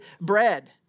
bread